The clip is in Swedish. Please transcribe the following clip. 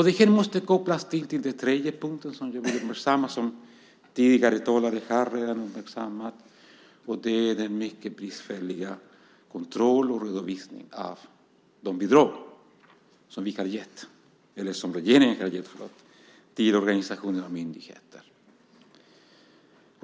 Detta måste kopplas till den tredje punkten, som handlar om ungefär samma sak som tidigare talare har uppmärksammat, nämligen den mycket bristfälliga kontrollen och redovisningen av de bidrag som regeringen har gett till organisationer och myndigheter.